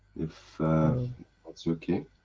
if that's okay?